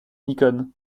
nikon